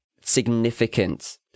significant